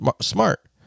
Smart